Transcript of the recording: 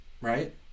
Right